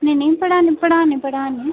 नेईं नेईं पढ़ा ने पढ़ा ने पढ़ा ने